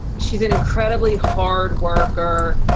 she's an incredibly hard worker.